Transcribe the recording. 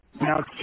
Now